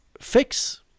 fix